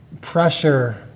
pressure